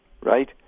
right